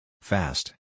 Fast